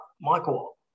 Michael